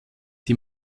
die